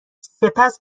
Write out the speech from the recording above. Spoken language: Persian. سپس